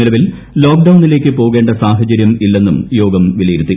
നിലവിൽ ലോക്ഡൌണിലേക്കു പോകേണ്ട സാഹചരൃം ഇല്ലെന്നും യോഗം വിലയിരുത്തി